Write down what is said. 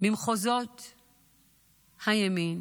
במחוזות הימין,